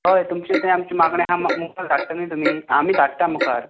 हय तुमचें तें आमचें मागणें मुखार धाडटले न्ही तुमी आमी धाडटा मुखार